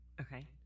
Okay